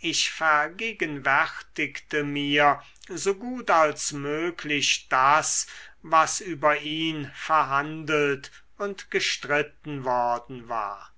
ich vergegenwärtigte mir so gut als möglich das was über ihn verhandelt und gestritten worden war